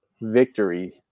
victory